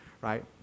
Right